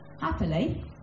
happily